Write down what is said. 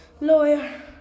lawyer